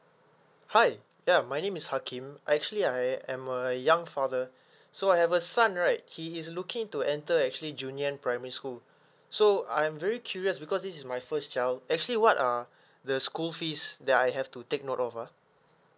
hi ya my name is hakim actually I am a young father so I have a son right he is looking to enter actually junyuan primary school so I'm very curious because this is my first child actually what are the school fees that I have to take note of ah